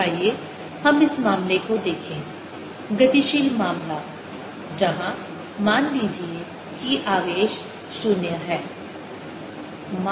आइए हम इस मामले को देखें गतिशील मामला जहां मान लीजिए कि आवेश 0 है